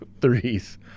threes